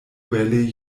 valley